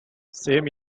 same